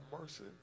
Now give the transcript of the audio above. mercy